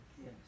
Yes